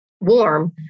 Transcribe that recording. warm